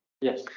yes